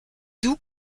doux